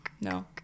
No